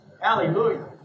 Hallelujah